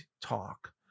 talk